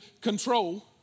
control